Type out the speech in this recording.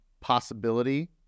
possibility